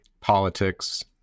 politics